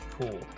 Cool